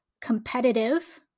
competitive